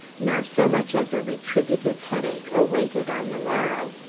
nor so much as a retributive headache, awaited, on the morrow.